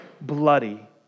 bloody